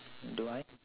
do I